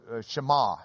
Shema